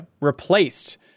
replaced